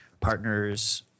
partners